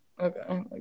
okay